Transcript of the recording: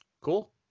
Cool